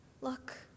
look